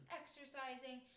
exercising